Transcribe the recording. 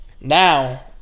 Now